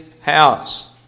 house